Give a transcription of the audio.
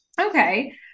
Okay